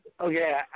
Okay